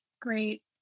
great